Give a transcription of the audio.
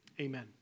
amen